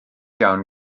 iawn